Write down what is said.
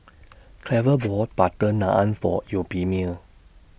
Cleva bought Butter Naan For Euphemia